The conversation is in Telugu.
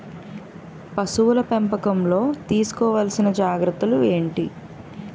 పశువుల పెంపకంలో తీసుకోవల్సిన జాగ్రత్త లు ఏంటి?